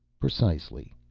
precisely.